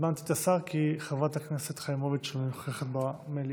הזמנתי את השר כי חברת הכנסת חיימוביץ' אינה נוכחת במליאה.